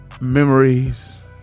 memories